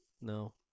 No